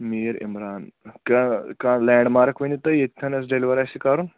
میٖر عمران کانٛہہ کانٛہہ landmark ؤنِو تُہۍ ییٚتتھَنَس ڈیلوَر آسہِ کَرُن